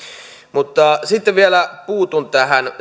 mutta sitten vielä puutun tähän